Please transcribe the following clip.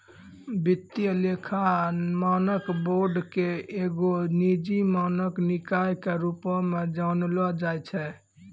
वित्तीय लेखा मानक बोर्ड के एगो निजी मानक निकाय के रुपो मे जानलो जाय छै